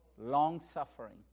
Long-suffering